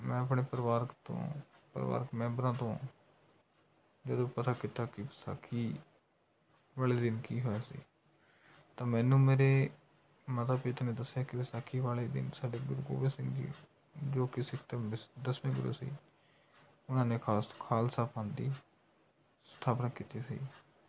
ਮੈਂ ਆਪਣੇ ਪਰਿਵਾਰ ਤੋਂ ਪਰਿਵਾਰਕ ਮੈਂਬਰਾਂ ਤੋਂ ਜਦੋਂ ਪਤਾ ਕੀਤਾ ਕਿ ਵਿਸਾਖੀ ਵਾਲੇ ਦਿਨ ਕੀ ਹੋਇਆ ਸੀ ਤਾਂ ਮੈਨੂੰ ਮੇਰੇ ਮਾਤਾ ਪਿਤਾ ਨੇ ਦੱਸਿਆ ਕਿ ਵਿਸਾਖੀ ਵਾਲੇ ਦਿਨ ਸਾਡੇ ਗੁਰੂ ਗੋਬਿੰਦ ਸਿੰਘ ਜੀ ਜੋ ਕਿ ਸਿੱਖ ਧਰਮ ਦੇ ਦਸਵੇਂ ਗੁਰੂ ਸੀ ਉਨ੍ਹਾਂ ਨੇ ਖਾਲਸਾ ਪੰਥ ਦੀ ਸਥਾਪਨਾ ਕੀਤੀ ਸੀ